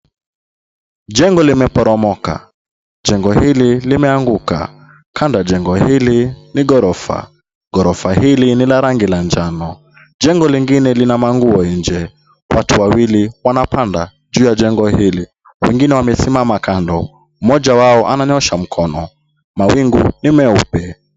Jengo limeporomoka. Jengo hili limeanguka. Kando ya jengo hili ni ghorofa. Ghorofa hili ni la rangi ya njano. Jengo lingine lina manguo nje. Watu wawili wanapanda juu ya jengo hili. Wengine wamesimama kando. Mmoja wao ananyosha mkono. Mawingu ni meupe.